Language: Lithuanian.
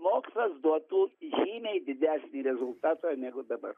mokslas duotų žymiai didesnį rezultatą negu dabar